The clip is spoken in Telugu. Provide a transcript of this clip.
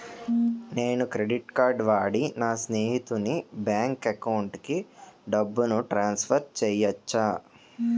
నేను క్రెడిట్ కార్డ్ వాడి నా స్నేహితుని బ్యాంక్ అకౌంట్ కి డబ్బును ట్రాన్సఫర్ చేయచ్చా?